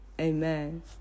amen